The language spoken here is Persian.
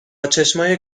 چشمای